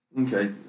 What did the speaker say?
Okay